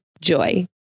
Joy